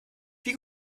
wie